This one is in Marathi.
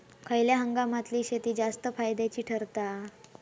खयल्या हंगामातली शेती जास्त फायद्याची ठरता?